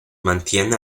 mantiene